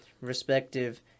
respective